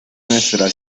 nuestra